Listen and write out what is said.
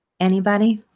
anybody,